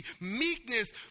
meekness